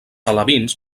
alevins